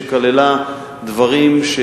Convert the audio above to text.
שכללה דברים: